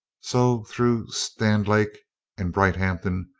so through standlake and brighthampton,